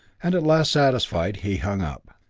and at last satisfied, he hung up.